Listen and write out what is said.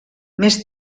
més